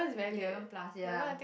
eleven plus ya